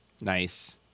nice